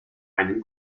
einen